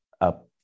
up